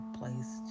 place